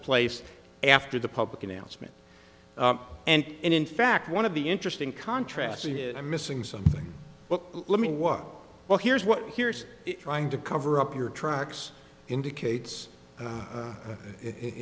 place after the public announcement and in fact one of the interesting contrast here i'm missing something but let me walk well here's what here's trying to cover up your tracks indicates and it i